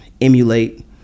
emulate